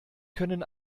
können